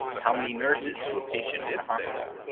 how many nurses to a patient in a hospital?